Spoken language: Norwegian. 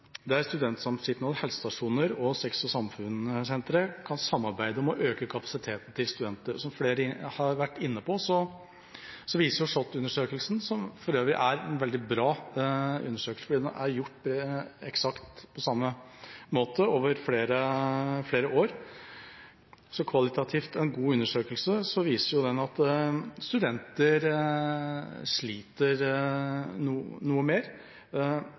helsestasjoner og Sex og Samfunn-sentre kan samarbeide om å øke kapasiteten til studenter. Som flere har vært inne på, viser SHoT-undersøkelsen – som for øvrig er en veldig bra undersøkelse, fordi den er gjort eksakt på samme måte over flere år, altså en kvalitativt god undersøkelse – at studenter nå sliter noe mer